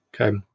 Okay